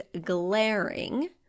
glaring